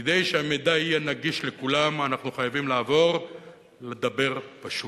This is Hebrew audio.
כדי שהמידע יהיה נגיש לכולם אנחנו חייבים לעבור לדבר פשוט.